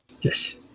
Yes